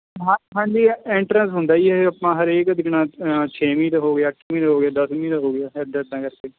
ਹਾਂ ਹਾਂਜੀ ਐਂਟਰਸ ਹੁੰਦਾ ਜੀ ਇਹ ਆਪਾਂ ਹਰੇਕ ਜਿਕਣਾ ਛੇਵੀਂ ਦਾ ਹੋ ਗਿਆ ਅੱਠਵੀਂ ਦਾ ਹੋ ਗਿਆ ਦਸਵੀਂ ਦਾ ਹੋ ਗਿਆ ਇੱਦਾਂ ਇੱਦਾਂ ਕਰਕੇ